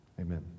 amen